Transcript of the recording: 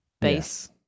base